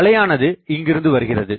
அலையானது இங்கிருந்துவருகிறது